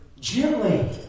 Gently